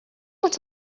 what